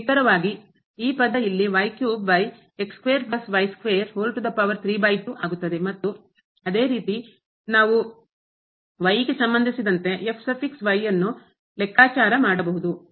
ನಿಖರವಾಗಿ ಈ ಪದ ಇಲ್ಲಿ ಆಗುತ್ತದೆ ಮತ್ತು ಅದೇ ರೀತಿ ನಾವು ಗೆ ಸಂಬಂಧಿಸಿದಂತೆ ಅನ್ನು ಲೆಕ್ಕಾಚಾರ ಮಾಡಬಹುದು